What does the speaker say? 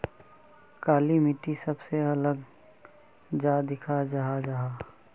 काली मिट्टी सबसे अलग चाँ दिखा जाहा जाहा?